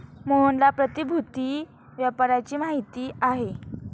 मोहनला प्रतिभूति व्यापाराची माहिती आहे